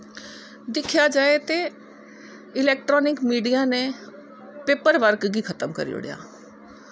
दिक्खेा जाए ते electronic media नै पेपर बर्क गी खत्म करी ओड़ेआ